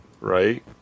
Right